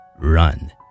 Run